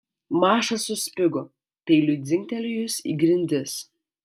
maša suspigo peiliui dzingtelėjus į grindis